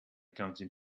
counting